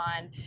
on